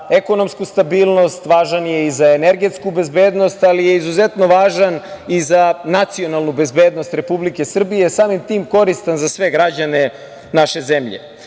ekonomsku stabilnost, važan je i za energetsku bezbednost, ali je izuzetno važan i za nacionalnu bezbednost Republike Srbije. Samim tim, koristan je za sve građane naše zemlje. Srbija